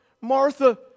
Martha